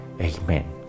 Amen